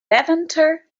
levanter